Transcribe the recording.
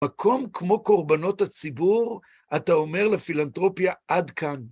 מקום כמו קורבנות הציבור, אתה אומר לפילנטרופיה עד כאן.